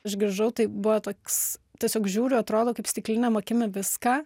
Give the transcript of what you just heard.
aš grįžau tai buvo toks tiesiog žiūriu atrodo kaip stiklinėm akim į viską